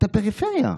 את הפריפריה.